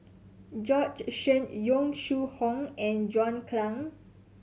Bjorn Shen Yong Shu Hoong and John Clang